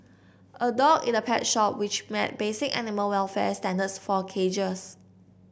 a dog in a pet shop which met basic animal welfare standards for cages